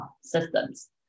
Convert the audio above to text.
systems